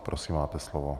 Prosím, máte slovo.